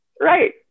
Right